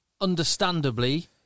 understandably